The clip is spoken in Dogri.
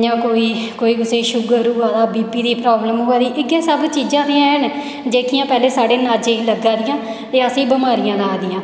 इ'यां कोई कोई कुसेै गी शूगर होआ दा बी पी दी प्रावसन होई दी इ'यै सब चीजां ते हैन जेह्कियां पैह्लें साढ़े अनाजै गी लग्गा दियां ते असेंगी बमारियां ला दियां